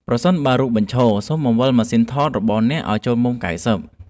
ប្រសិនបើរូបបញ្ឈរ សូមបង្វិលម៉ាស៊ីនថតរបស់អ្នកឱ្យចូលមុំ ៩០។